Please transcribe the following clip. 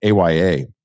AYA